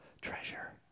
treasure